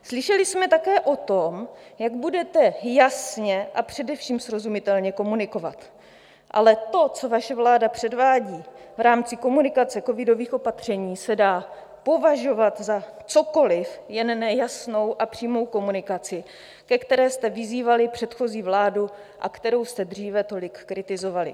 Slyšeli jsme také o tom, jak budete jasně a především srozumitelně komunikovat, ale to, co vaše vláda předvádí v rámci komunikace covidových opatření, se dá považovat za cokoliv, jen ne jasnou a přímou komunikaci, ke které jste vyzývali předchozí vládu a kterou jste dříve tolik kritizovali.